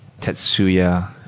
Tetsuya